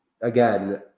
again